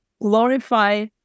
glorify